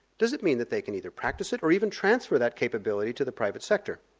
does it mean that they can either practice it or even transfer that capability to the private sector?